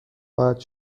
خواهد